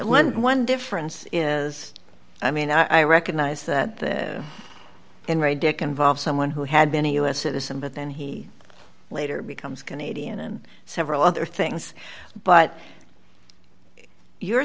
when one difference is i mean i recognize that and my deck involves someone who had been a us citizen but then he later becomes canadian and several other things but you're